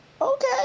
okay